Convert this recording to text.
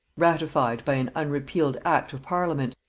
ratified by an unrepealed act of parliament,